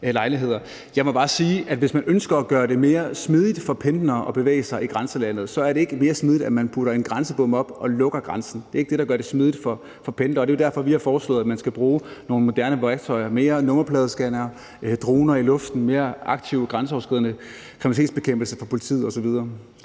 Jeg må bare sige, at hvis man ønsker at gøre det mere smidigt for pendlere at bevæge sig i grænselandet, så er det ikke mere smidigt, at man putter en grænsebom op og lukker grænsen. Det er ikke det, der gør det smidigt for pendlere, og det er derfor, vi har foreslået at man skal bruge moderne værktøjer, flere nummerpladescannere, flere droner i luften, mere aktiv grænseoverskridende kriminalitetsbekæmpelse fra politiets